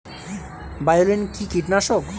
বায়োলিন কি কীটনাশক?